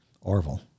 Orville